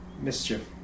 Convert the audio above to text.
Mischief